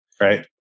Right